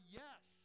yes